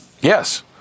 yes